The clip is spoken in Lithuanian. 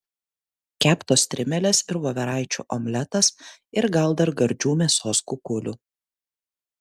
keptos strimelės ir voveraičių omletas ir gal dar gardžių mėsos kukulių